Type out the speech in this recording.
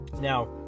Now